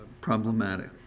problematic